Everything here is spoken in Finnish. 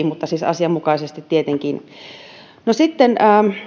mutta siis asianmukaisesti tietenkin sitten